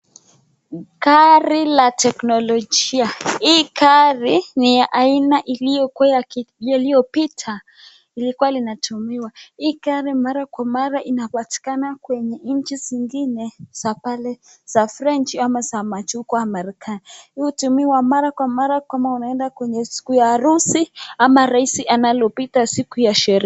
Gari la teknolojia, hii gari ni ya aina iliyokuwa yaliyopita, ilikuwa linatumiwa. Hii gari mara kwa mara inapatikana kwenye nchi zingine za French ama za majuu huko marekani, hii hutumiwa mara kwa mara kama unaenda kwenye siku ya harusi ama rais anapopita siku ya sherehe.